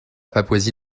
papouasie